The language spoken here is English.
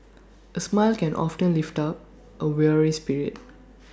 A smile can often lift up A weary spirit